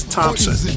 Thompson